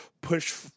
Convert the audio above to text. push